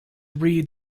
read